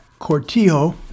Cortijo